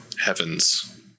heavens